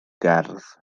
gerdd